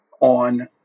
on